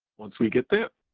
once we get that,